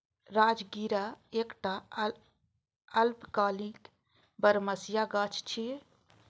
राजगिरा एकटा अल्पकालिक बरमसिया गाछ छियै